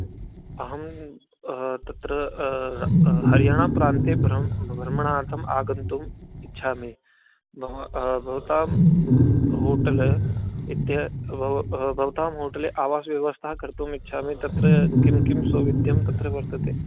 अहं तत्र हर्याणा प्रान्ते भ्रमणार्थम् आगन्तुम् इच्छामि बव् भवतां होटेल् भवतां होटेले आवासव्यवस्था कर्तुम् इच्छामि तत्र किं किं सौविध्यं तत्र वर्तते